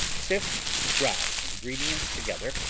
sift dry ingredients together,